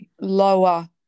lower